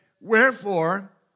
Wherefore